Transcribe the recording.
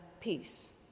peace